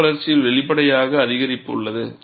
crack வளர்ச்சியில் வெளிப்படையாக அதிகரிப்பு உள்ளது